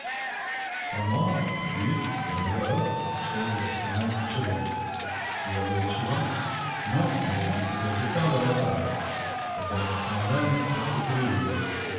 en noir oui vers neuf heures celle qui monte au second vous la voyez souvent non mais depuis quelque temps davantage la dernière quinzaine presque tous les jours